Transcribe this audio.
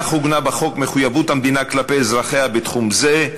בכך עוגנה בחוק מחויבות המדינה כלפי אזרחיה בתחום זה,